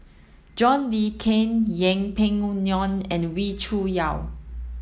John Le Cain Yeng Pway Ngon and Wee Cho Yaw